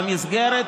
במסגרת,